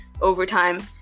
overtime